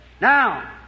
Now